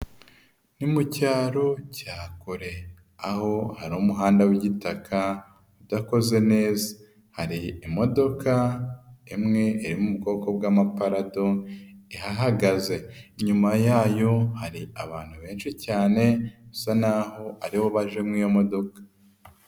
Ni mu cyaro cya kure aho hari umuhanda w'igitaka udakoze neza, hari imodoka imwe iri mu bwoko bw'amaparado ihahagaze. Inyuma yayo hari abantu benshi cyane bisa n'aho aribo baje muri iyo modoka.